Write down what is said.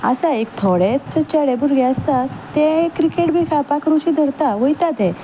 आसा एक थोडेच चेडे भुरगे आसतात ते क्रिकेट बी खेळपाक रुची धरता वयता ते